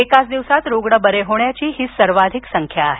एकाच दिवसांत रुग्ण बरे होण्याची ही सर्वाधिक संख्या आहे